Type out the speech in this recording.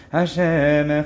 Hashem